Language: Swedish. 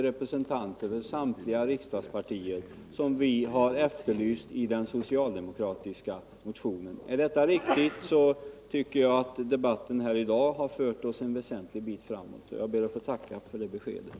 representanter för samtliga riksdagspartier, som vi har efterlyst i den socialdemokratiska motionen? Är detta riktigt, tycker jag att debatten här i dag fört oss en väsentlig bit framåt, och jag ber att få tacka för beskedet.